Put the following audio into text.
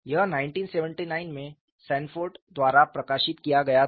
यह 1979 में सैनफोर्ड द्वारा प्रकाशित किया गया था